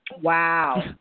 Wow